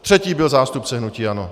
Třetí byl zástupce hnutí ANO.